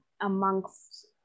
amongst